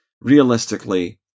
realistically